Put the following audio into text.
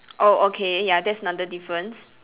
oh okay ya that's another difference